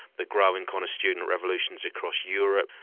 the growing kind of student revolutions across europe,